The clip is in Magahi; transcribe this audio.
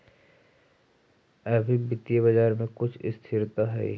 अभी वित्तीय बाजार में कुछ स्थिरता हई